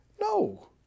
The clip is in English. No